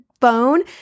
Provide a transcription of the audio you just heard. phone